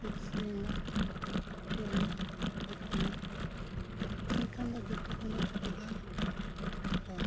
taxi ᱦᱮᱱᱟᱜᱼᱟ auto ᱦᱮᱱᱟᱜᱼᱟ motorcycle ᱦᱮᱱᱟᱜᱼᱟ ᱮᱱᱠᱷᱟᱱ ᱫᱚ ᱡᱚᱛᱚ ᱠᱷᱚᱱᱟᱜ ᱥᱩᱵᱤᱫᱷᱟ ᱚᱴᱳ